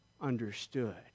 understood